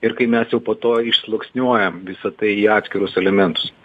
ir kai mes jau po to išsluoksniuojam visa tai į atskirus elementus